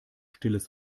stilles